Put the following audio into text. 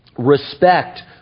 Respect